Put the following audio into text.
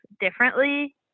differently